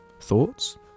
Thoughts